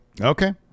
Okay